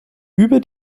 über